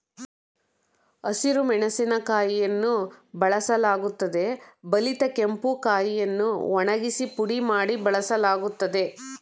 ಹಸಿರು ಮೆಣಸಿನಕಾಯಿಯನ್ನು ಬಳಸಲಾಗುತ್ತದೆ ಬಲಿತ ಕೆಂಪು ಕಾಯಿಯನ್ನು ಒಣಗಿಸಿ ಪುಡಿ ಮಾಡಿ ಬಳಸಲಾಗ್ತದೆ